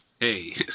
hey